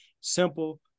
Simple